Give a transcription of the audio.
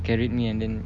carried me and then